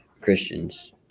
Christians